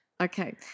Okay